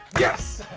yes!